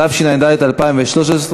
התשע"ד 2013,